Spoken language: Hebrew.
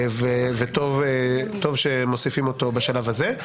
וטוב שמוסיפים אותו בשלב הזה.